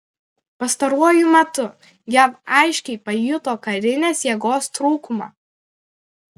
pastaruoju metu jav aiškiai pajuto karinės jėgos trūkumą